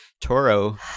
Toro